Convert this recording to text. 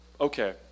okay